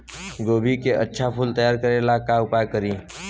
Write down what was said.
गोभी के अच्छा फूल तैयार करे ला का उपाय करी?